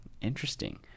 Interesting